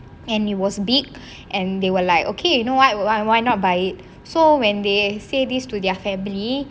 and it was big and they were like okay you know what why not buy it so when they say these to their family